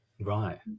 Right